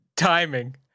Timing